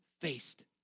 faced